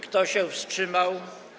Kto się wstrzymał?